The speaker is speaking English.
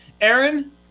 Aaron